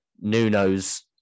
Nuno's